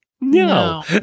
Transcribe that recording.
No